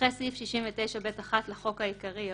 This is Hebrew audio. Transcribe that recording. אחרי סעיף 69ב1 לחוק העיקרי יבוא: